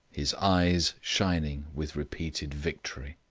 his eyes shining with repeated victory.